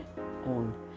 own